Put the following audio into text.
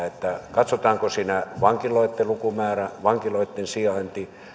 katsotaanko siinä vankiloitten lukumäärä vankiloitten sijainti